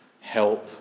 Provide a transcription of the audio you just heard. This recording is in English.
help